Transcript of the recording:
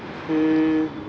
hmm